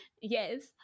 yes